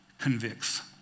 convicts